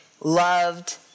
loved